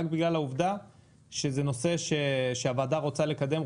בגלל העובדה שזה נושא שהוועדה רוצה לקדם,